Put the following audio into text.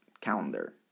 calendar